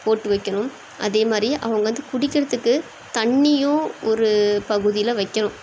போட்டு வைக்கணும் அதேமாதிரி அவங்க வந்து குடிக்கின்றதுக்கு தண்ணியும் ஒரு பகுதியில் வைக்கணும்